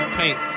paint